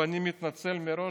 ואני מתנצל מראש,